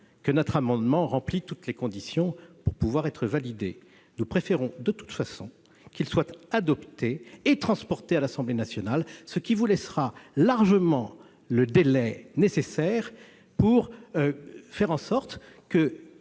que notre amendement remplisse toutes les conditions pour être validé, nous préférons néanmoins qu'il soit adopté et transmis à l'Assemblée nationale, ce qui vous laissera largement le délai nécessaire pour lever tous les